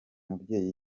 mubyeyi